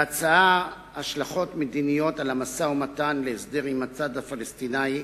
להצעה השלכות מדיניות על המשא-ומתן להסדר עם הצד הפלסטיני,